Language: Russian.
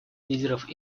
лидеров